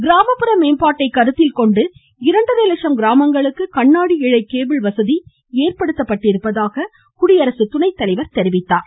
கிராமப்புற மேம்பாட்டை கருத்தில் கொண்டு இரண்டரை லட்சம் கிராமங்களுக்கு கண்ணாடி இழை கேபிள் வசதி ஏற்படுத்தப்பட்டிருப்பதாக கூறினார்